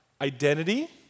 identity